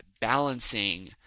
Balancing